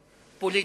פוליטי.